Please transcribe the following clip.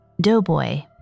Doughboy